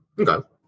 Okay